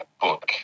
book